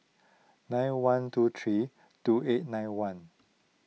nine one two three two eight nine one